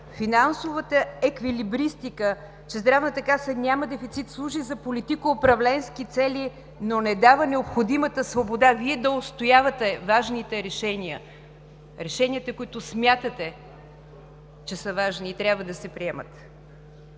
финансовата еквилибристика, че Здравната каса няма дефицит, служи за политико-управленски цели, но не дава необходимата свобода Вие да отстоявате важните решения – решенията, които смятате, че са важни и трябва да се приемат.